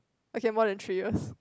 okay more than three years